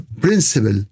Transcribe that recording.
principle